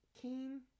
king